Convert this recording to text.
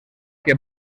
que